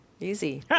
easy